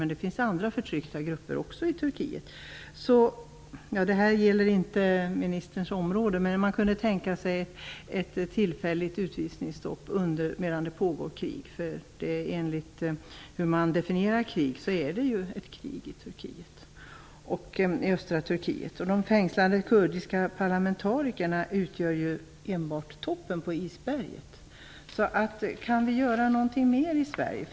Men det finns också andra förtryckta grupper i Turkiet. Detta gäller inte ministerns område. Men man kunde tänka sig ett tillfälligt utvisningsstopp medan det pågår krig. Enligt hur man definierar krig är det ju ett krig som pågår i östra Turkiet. De fängslade kurdiska parlamentarikerna utgör enbart toppen på isberget. Kan vi göra någoting mer i Sverige?